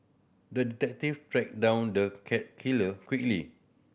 the detective tracked down the cat killer quickly